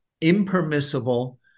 impermissible